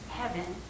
heaven